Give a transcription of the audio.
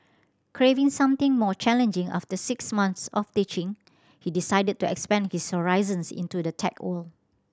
craving something more challenging after six month of teaching he decided to expand his horizons into the tech world